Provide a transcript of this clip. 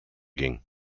ging